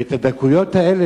והדקויות האלה,